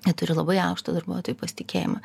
jie turi labai aukštą darbuotojų pasitikėjimą